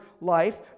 life